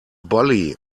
bully